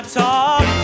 talk